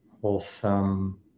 wholesome